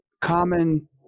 Common